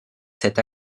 cette